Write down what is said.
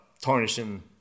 tarnishing